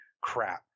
Crap